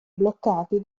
bloccati